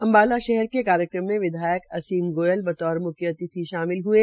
अम्बाला शहर के कार्यक्रम में विधायक असीम गोयल बतौर मुख्य अतिथि शामिल हये